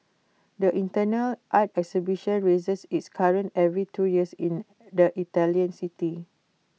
the internal art exhibition raises its curtain every two years in the Italian city